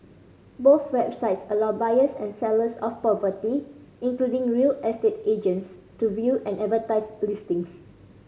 both websites allow buyers and sellers of property including real estate agents to view and advertise listings